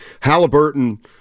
Halliburton